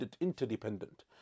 interdependent